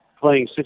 playing